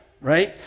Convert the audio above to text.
right